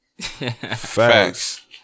facts